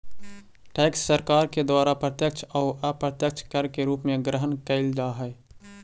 tax सरकार के द्वारा प्रत्यक्ष अउ अप्रत्यक्ष कर के रूप में ग्रहण कैल जा हई